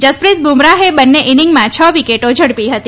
જસપ્રીત બુમરાહે બંને ઈનીંગમાં છ વિકેટો ઝડપી હતી